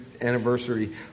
anniversary